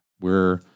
we're-